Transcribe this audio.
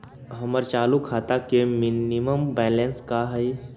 हमर चालू खाता के मिनिमम बैलेंस का हई?